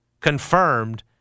confirmed